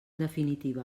definitiva